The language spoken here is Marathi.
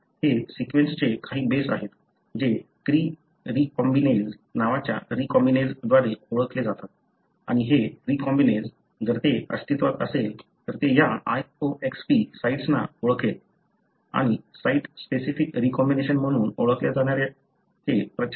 हे सीक्वेन्सचे काही बेस आहेत जे क्री रीकॉम्बिनेज नावाच्या रीकॉम्बिनेजद्वारे ओळखले जातात आणि हे रीकॉम्बिनेज जर ते अस्तित्वात असेल तर ते या loxP साइट्सना ओळखेल आणि साइट स्पेसिफिक रीकॉम्बिनेशन म्हणून ओळखल्या जाणाऱ्याचे प्रचार करेल